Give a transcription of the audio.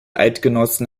eidgenossen